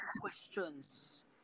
questions